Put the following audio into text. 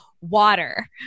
water